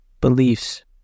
beliefs